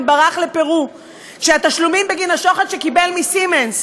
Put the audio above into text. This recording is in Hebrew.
ברח לפרו כשהתשלומים בגין השוחד שקיבל מ"סימנס"